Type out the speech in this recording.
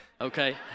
okay